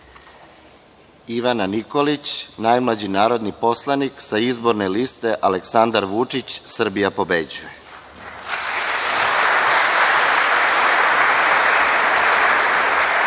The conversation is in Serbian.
Ivana Nikolić, najmlađi narodni poslanik sa izborne liste Aleksandar Vučić – Srbija pobeđuje;